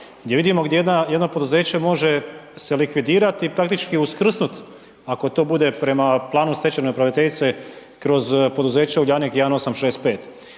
gdje vidimo gdje jedno poduzeće može se likvidirati i praktički uskrsnut ako to bude prema planu stečajne upraviteljice kroz poduzeće Uljanik 1865.